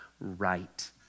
right